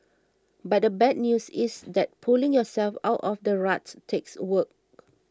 but the bad news is that pulling yourself out of the rut takes work